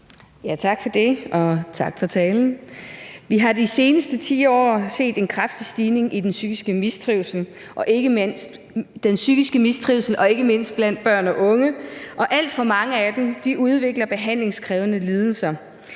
Tak for det. Og tak for talen. Vi har de seneste 10 år set en kraftig stigning i den psykiske mistrivsel og ikke mindst blandt børn og unge, og alt for mange af dem udvikler behandlingskrævende lidelser.